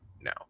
now